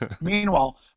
Meanwhile